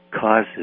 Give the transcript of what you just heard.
causes